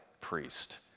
priest